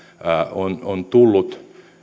on on tullut